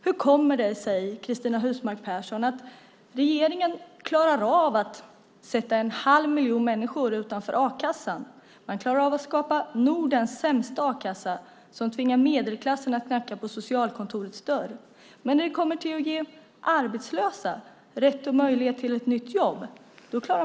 Hur kommer det sig, Cristina Husmark Pehrsson, att regeringen klarar av att sätta en halv miljon människor utanför a-kassan och att skapa Nordens sämsta a-kassa, som tvingar medelklassen att knacka på socialkontorets dörr, men inte klarar av att ge arbetslösa rätt och möjlighet till ett nytt jobb?